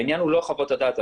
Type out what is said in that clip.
העניין הוא לא חוות הדעת,